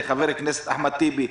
עם חבר הכנסת אחמד טיבי,